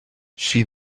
she